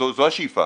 זו השאיפה